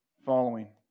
Following